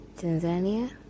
Tanzania